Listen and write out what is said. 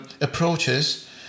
approaches